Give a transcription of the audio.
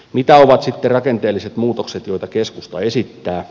mitä ovat sitten rakenteelliset muutokset joita keskusta esittää